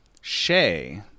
Shay